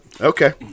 Okay